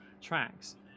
tracks